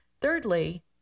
Thirdly